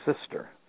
sister